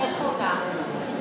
נכונה,